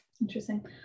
interesting